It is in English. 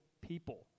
people